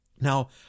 Now